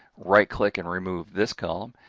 right-click and remove this column.